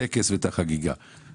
אנחנו בכל פעם משחררים קצת?